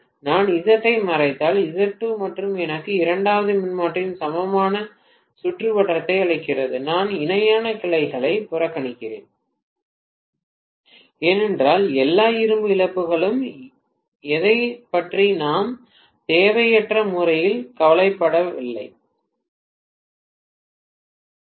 நான் Z1 ஐ மறைத்தால் Z2 மட்டும் எனக்கு இரண்டாவது மின்மாற்றியின் சமமான சுற்றுவட்டத்தை அளிக்கிறது நான் இணையான கிளைகளை புறக்கணிக்கிறேன் ஏனென்றால் எல்லா இரும்பு இழப்புகளும் எதைப் பற்றி நாம் தேவையற்ற முறையில் கவலைப்படவில்லை நான் கவலைப்படவில்லை அந்த